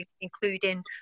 including